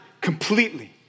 completely